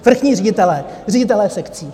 Vrchní ředitelé, ředitelé sekcí.